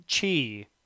chi